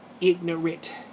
ignorant